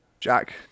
Jack